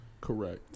correct